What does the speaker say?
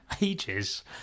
ages